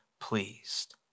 pleased